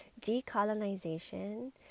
Decolonization